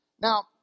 Now